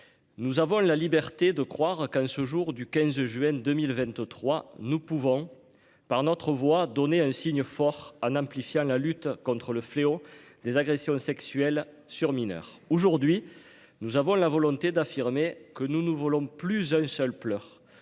Nous avons la liberté de croire qu'en ce jour du 15 juin 2023. Nous pouvons par notre voix donner un signe fort en amplifiant la lutte contre le fléau des agressions sexuelles sur mineurs aujourd'hui. Nous avons la volonté d'affirmer que nous, nous voulons plus un seul pleure